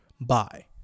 bye